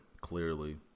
Clearly